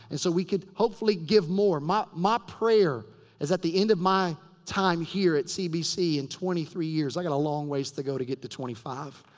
and so, we could hopefully give more. my my prayer is at the end of my time here at cbc in twenty three years. i got a long ways to go to get to twenty five.